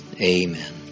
amen